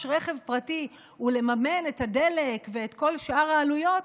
רכב פרטי ולממן את הדלק ואת כל שאר העלויות,